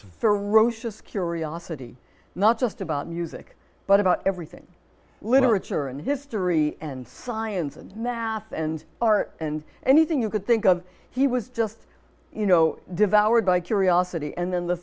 russia's curiosity not just about music but about everything literature and history and science and math and art and anything you could think of he was just you know devoured by curiosity and then the